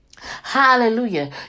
Hallelujah